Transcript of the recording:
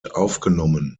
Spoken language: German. aufgenommen